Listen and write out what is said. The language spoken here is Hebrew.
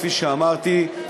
כפי שאמרתי,